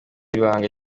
ibanga